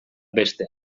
beste